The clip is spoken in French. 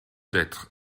d’être